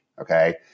okay